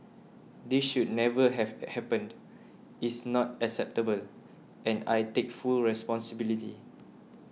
this should never have happened is not acceptable and I take full responsibility